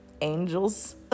angels